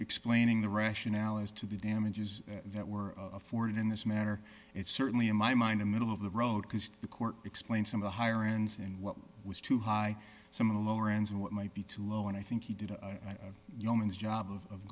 explaining the rationale as to the damages that were afforded in this matter it's certainly in my mind a middle of the road because the court explained some of the higher ends in what was too high some of the lower ends in what might be too low and i think he did a young man's job of